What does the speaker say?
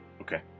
Okay